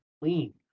clean